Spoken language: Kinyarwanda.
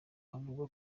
avuga